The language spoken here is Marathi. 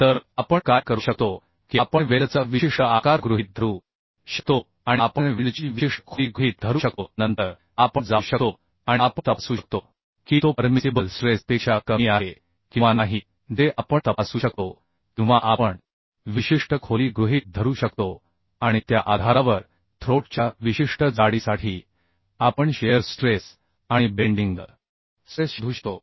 तर आपण काय करू शकतो की आपण वेल्डचा विशिष्ट आकार गृहीत धरू शकतो आणि आपण वेल्डची विशिष्ट खोली गृहीत धरू शकतो नंतर आपण जाऊ शकतो आणि आपण तपासू शकतो की तो परमिसिबल स्ट्रेस पेक्षा कमी आहे किंवा नाही जे आपण तपासू शकतो किंवा आपण विशिष्ट खोली गृहीत धरू शकतो आणि त्या आधारावर थ्रोट च्या विशिष्ट जाडीसाठी आपण शिअर स्ट्रेस आणि बेंडिंग स्ट्रेस शोधू शकतो